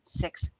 six